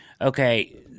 okay